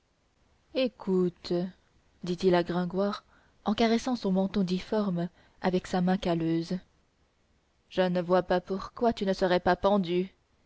écoute dit-il à gringoire en caressant son menton difforme avec sa main calleuse je ne vois pas pourquoi tu ne serais pas pendu